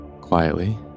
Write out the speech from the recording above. quietly